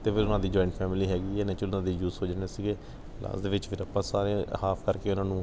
ਅਤੇ ਫਿਰ ਉਹਨਾਂ ਦੀ ਜੁਆਇੰਟ ਫੈਮਲੀ ਹੈਗੀ ਏ ਨੈਚੁਰਲ ਉਹਨਾਂ ਦੇ ਯੂਜ ਹੋ ਜਾਣੇ ਸੀਗੇ ਲਾਸਟ ਦੇ ਵਿੱਚ ਫਿਰ ਆਪਾਂ ਸਾਰੇ ਹਾਫ਼ ਕਰਕੇ ਉਹਨਾਂ ਨੂੰ